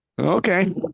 Okay